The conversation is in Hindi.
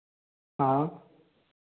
हाँ